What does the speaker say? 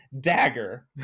Dagger